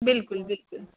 بالکل بالکل